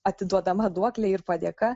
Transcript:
atiduodama duoklė ir padėka